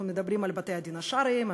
אנחנו מדברים על בתי-הדין השרעיים,